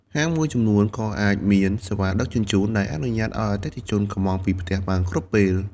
ហាងមួយចំនួនក៏អាចមាន សេវាដឹកជញ្ជូនដែលអនុញ្ញាតឲ្យអតិថិជនកម្ម៉ង់ពីផ្ទះបានគ្រប់ពេល។